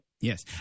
Yes